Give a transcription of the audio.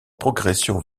progression